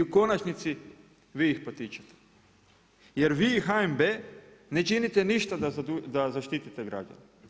I u konačnici vi ih potičete. jer vi i HNB, ne činite ništa da zaštitite građane.